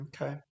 Okay